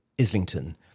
islington